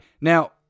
Now